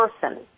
person